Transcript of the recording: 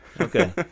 Okay